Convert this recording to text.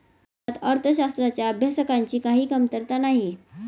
भारतात अर्थशास्त्राच्या अभ्यासकांची काही कमतरता नाही